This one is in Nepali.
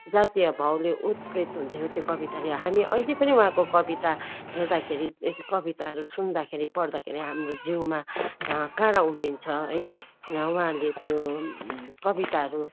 जातिय भावले ओतप्रोत हुन्थ्यो त्यो कविताले हामी अहिले पनि उहाँको कविता हेर्दाखेरि कविताहरू सुन्दाखेरि पढ्दाखेरि हाम्रो जिउमा काँडा उम्रिन्छ है उहाँले त्यो कविताहरू